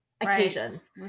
occasions